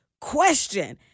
question